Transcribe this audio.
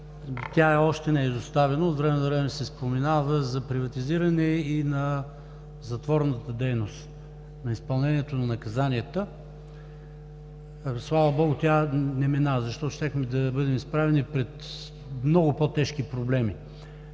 тя още не е изоставена, от време на време се споменава, за приватизиране и на затворната дейност, на изпълнението на наказанията. Слава Богу, тя не мина, защото щяхме да бъдем изправени пред много по-тежки проблеми.